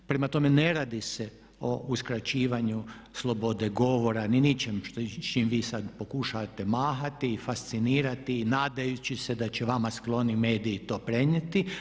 Prema tome, ne radi se o uskraćivanju slobode govora, ni ničemu s čim vi sad pokušavate mahati, fascinirati nadajući se da će vama skloni mediji to prenijeti.